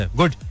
good